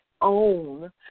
own